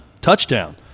touchdown